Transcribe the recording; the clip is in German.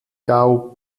cao